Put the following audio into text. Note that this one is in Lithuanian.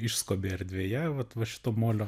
išskobi erdvėje vat va šito molio